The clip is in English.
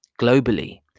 globally